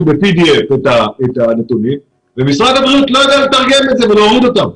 ב-PDF את הנתונים ומשרד הבריאות לא יודע לתרגם את זה ולהוריד אותם.